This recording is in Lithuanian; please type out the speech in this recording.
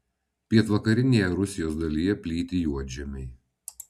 pietvakarinėje rusijos dalyje plyti juodžemiai